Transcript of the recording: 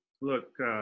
look